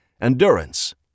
Endurance